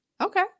Okay